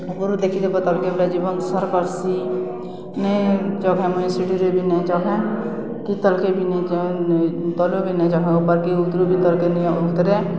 ଉପ୍ରୁ ଦେଖିଦେବ ତଲ୍କେ ବେଲେ ଜୀବନ୍ ସର୍ କର୍ସି ନାଇଁ ଚଘେ ମୁଇଁ ସିିଡ଼ିରେ ବି ନେଇଁ ଚଘେ କି ତଲ୍କେ ବି ନେଇ ଯାଏ ତଲୁ ବି ନେଇ ଯାଏ ଉପର୍କେ ଉତ୍ରୁ ବି ତଲ୍କେ ନି ଉତ୍ରେ